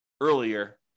earlier